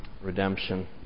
Redemption